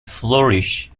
flourish